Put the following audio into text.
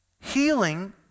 healing